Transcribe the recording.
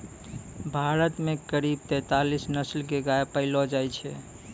भारत मॅ करीब तेतालीस नस्ल के गाय पैलो जाय छै